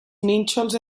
nínxols